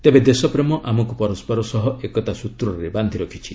ତେବେ ଦେଶପ୍ରେମ ଆମକୁ ପରସ୍କର ସହ ଏକତା ସ୍ନତ୍ରରେ ବାନ୍ଧି ରଖିଛି